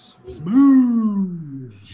smooth